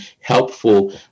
helpful